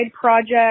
project